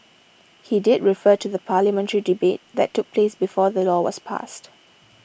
he did refer to the parliamentary debate that took place before the law was passed